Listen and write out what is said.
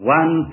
one